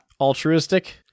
altruistic